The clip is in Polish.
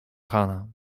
chana